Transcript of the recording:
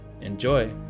Enjoy